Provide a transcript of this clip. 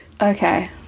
Okay